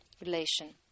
relation